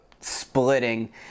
splitting